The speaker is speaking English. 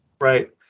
Right